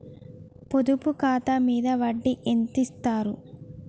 పొదుపు ఖాతా మీద వడ్డీ ఎంతిస్తరు?